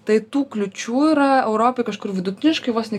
tai tų kliūčių yra europoj kažkur vidutiniškai vos ne